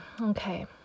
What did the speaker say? Okay